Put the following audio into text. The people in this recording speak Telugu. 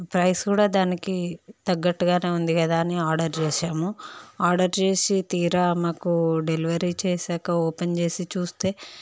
ప్రైస్ కూడా దానికి తగ్గట్టుగానే ఉంది కదా అని ఆర్డర్ చేసాము ఆర్డర్ చేసి తీరా మాకు డెలివరీ చేసాక ఓపెన్ చేసి చూస్తే